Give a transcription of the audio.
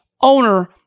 owner